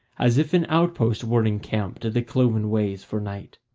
as if an outpost were encamped at the cloven ways for night.